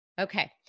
Okay